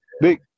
Big